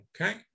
Okay